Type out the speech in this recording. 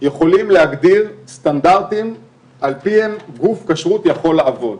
יכולים להגדיר סטנדרטים על פיהם גוף כשרות יכול לעבוד.